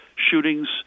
Shootings